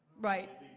right